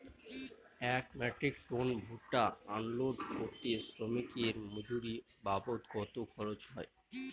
এক metric ton ভুট্টা unload করতে শ্রমিকের মজুরি বাবদ কত খরচ হয়?